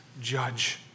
judge